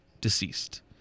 deceased